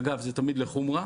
אגב, זה תמיד לחומרה.